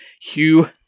Hugh